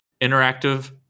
interactive